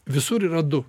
visur yra du